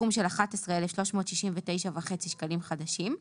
סכום של 11,369.50 שקלים חדשים.